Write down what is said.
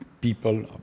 people